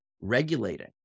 regulating